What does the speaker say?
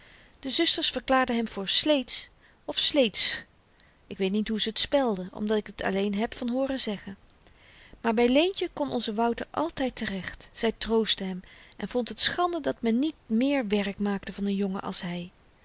de zusters verklaarden hem voor sleets of sleetsch ik weet niet hoe ze t spelden omdat ik het alleen heb van hooren zeggen maar by leentje kon onze wouter altyd terecht zy troostte hem en vond het schande dat men niet meer werk maakte van n jongen als hy